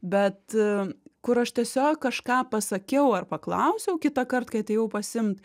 bet kur aš tiesiog kažką pasakiau ar paklausiau kitąkart kai atėjau pasiimt